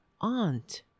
Aunt